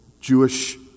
Jewish